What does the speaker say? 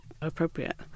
appropriate